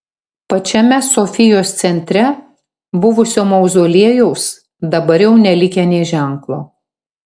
pačiame sofijos centre buvusio mauzoliejaus dabar jau nelikę nė ženklo